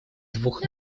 двух